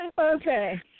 Okay